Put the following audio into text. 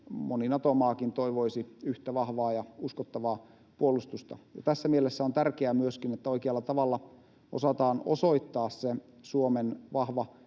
Moni Nato-maakin toivoisi yhtä vahvaa ja uskottavaa puolustusta. Tässä mielessä on tärkeää myöskin, että oikealla tavalla osataan osoittaa se Suomen vahva